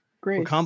Great